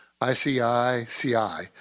I-C-I-C-I